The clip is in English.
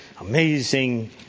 amazing